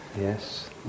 Yes